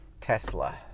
Tesla